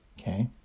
Okay